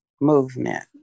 movement